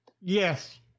Yes